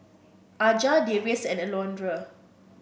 Aja Darius and Alondra